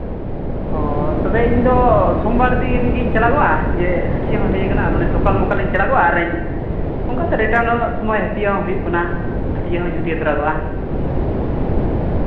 ᱚ ᱛᱚᱵᱮ ᱤᱧ ᱫᱚ ᱥᱳᱢᱵᱟᱨ ᱫᱤᱱ ᱜᱤᱧ ᱪᱟᱞᱟᱜᱚᱜᱼᱟ ᱡᱮ ᱦᱟᱹᱴᱭᱟᱹ ᱦᱚᱸ ᱦᱟᱹᱴᱭᱟᱹ ᱠᱟᱱᱟ ᱢᱟᱱᱮ ᱥᱚᱠᱟᱞ ᱢᱚᱠᱟᱞ ᱪᱟᱞᱟᱜᱚᱜ ᱟᱹᱧ ᱟᱨᱤᱧ ᱚᱱᱠᱟᱛᱮ ᱨᱤᱴᱟᱨᱱᱚᱜ ᱥᱚᱢᱚᱭ ᱦᱟᱹᱴᱭᱟᱹ ᱦᱚᱸ ᱦᱩᱭᱩᱜ ᱠᱟᱱᱟ ᱦᱟᱹᱴᱭᱟᱹ ᱦᱚᱧ ᱦᱟᱹᱴᱭᱟᱹ ᱛᱚᱨᱟᱜᱚᱜᱼᱟ